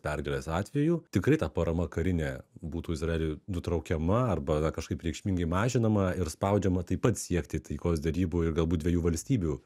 pergalės atveju tikrai ta parama karinė būtų izraeliui nutraukiama arba na kažkaip reikšmingai mažinama ir spaudžiama taip pat siekti taikos derybų ir galbūt dviejų valstybių